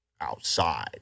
outside